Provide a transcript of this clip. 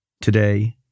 today